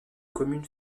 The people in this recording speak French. commune